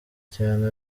cyane